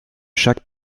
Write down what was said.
chaque